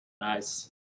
Nice